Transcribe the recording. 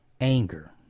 anger